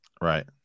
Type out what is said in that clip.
Right